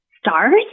stars